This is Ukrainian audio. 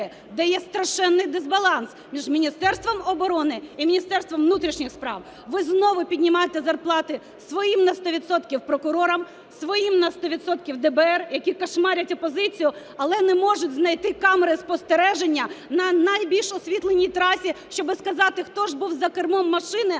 дає страшенний дисбаланс між Міністерством оборони і Міністерством внутрішніх справ. Ви знову піднімаєте зарплати своїм на сто відсотків прокурорам, своїм на сто відсотків ДБР, які кошмарять опозицію, але не можуть знайти камери спостереження на найбільш освітленій трасі, щоб сказати, хто ж був за кермом машини,